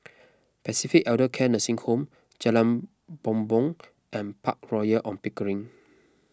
Pacific Elder Care Nursing Home Jalan Bumbong and Park Royal on Pickering